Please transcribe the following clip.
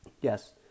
Yes